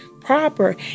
proper